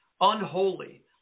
unholy